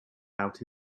out